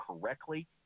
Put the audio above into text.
correctly